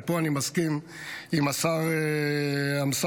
ופה אני מסכים עם השר אמסלם,